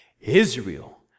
Israel